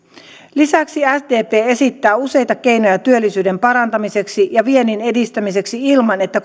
lisäksi sdp esittää useita keinoja työllisyyden parantamiseksi ja viennin edistämiseksi ilman että